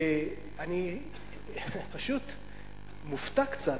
אני פשוט מופתע קצת,